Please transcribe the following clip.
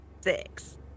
Six